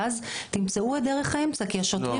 ואז תמצאו את דרך האמצע --- לא --- כי השוטרים